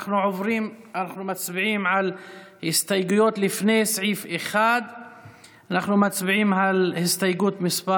אנחנו מצביעים על הסתייגויות לפני סעיף 1. מצביעים על הסתייגות מס'